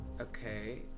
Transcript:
Okay